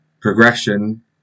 progression